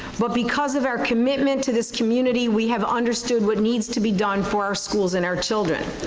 but because of our commitment to this community we have understood what needs to be done for our schools and our children.